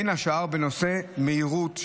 בין השאר בנושאי מהירות,